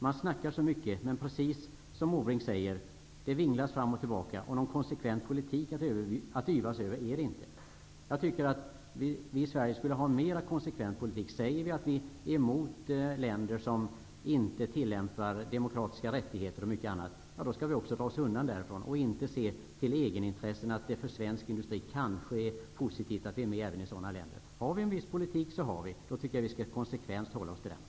Man snackar så mycket, men det är precis som Måbrink säger: Det vinglas fram och tillbaka, och någon konsekvent politik att yvas över är det inte. Jag tycker att vi i Sverige borde föra en mer konsekvent politik. Säger vi att vi är emot länder som inte tillämpar demokratiska rättigheter och mycket annat, skall vi också dra oss undan därifrån och inte se till egenintresset, att det för svensk industri kanske är positivt att vi är med även i sådana länder. Har vi en viss politik, så har vi. Då tycker jag att vi skall konsekvent hålla oss till den.